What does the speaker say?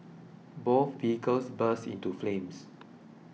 both vehicles burst into flames